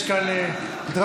יש כאן דרמה.